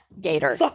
gator